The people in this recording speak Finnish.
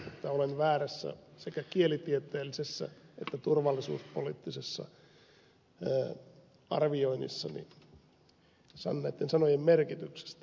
toivon että olen väärässä sekä kielitieteellisessä että turvallisuuspoliittisessa arvioinnissani näitten sanojen merkityksestä